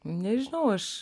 nežinau aš